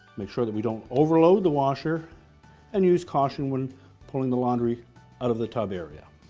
make sure that we don't overload the washer and use caution when pulling the laundry out of the tab area.